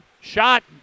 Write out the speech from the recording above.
Shot